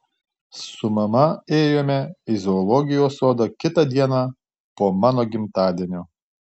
su mama ėjome į zoologijos sodą kitą dieną po mano gimtadienio